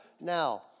Now